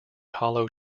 hollow